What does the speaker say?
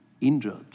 injured